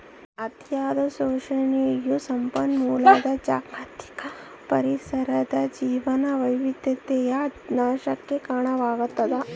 ಅತಿಯಾದ ಶೋಷಣೆಯು ಸಂಪನ್ಮೂಲದ ಜಾಗತಿಕ ಪರಿಸರ ಜೀವವೈವಿಧ್ಯತೆಯ ನಾಶಕ್ಕೆ ಕಾರಣವಾಗ್ತದ